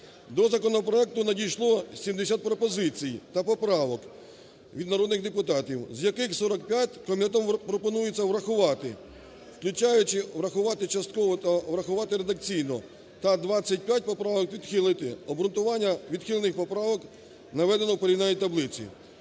До законопроекту надійшло 70 пропозицій та поправок від народних депутатів, з яких 45 комітетом пропонується врахувати, включаючи врахувати частково та врахувати редакційно, та 25 поправок відхилити. Обґрунтування відхилених поправок наведено в порівняльній таблиці.